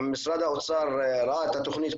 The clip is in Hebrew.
משרד האוצר ראה את התוכנית,